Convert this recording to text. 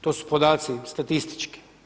To su podaci statistički.